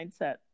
mindset